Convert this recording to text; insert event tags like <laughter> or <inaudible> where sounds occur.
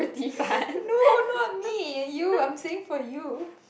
<breath> no not me you I'm saying for you